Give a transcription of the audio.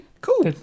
Cool